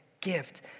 gift